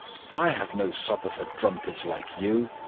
i have no supper for drunkards like you.